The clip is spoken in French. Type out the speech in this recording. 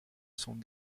sont